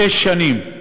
שש שנים,